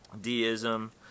Deism